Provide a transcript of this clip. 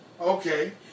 Okay